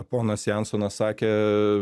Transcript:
ponas jansonas sakė